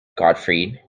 gottfried